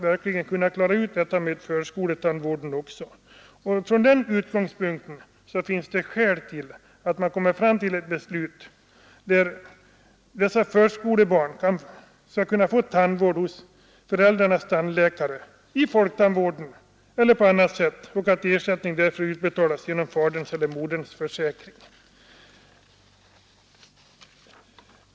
Vi bör söka komma fram till ett beslut att förskolebarn skall kunna få tandvård hos föräldrarnas tandläkare, i folktandvården eller på annat sätt, och att ersättning därför utbetalas genom faderns eller moderns försäkring.